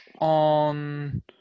on